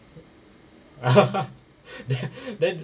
then then